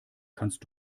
kannst